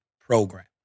program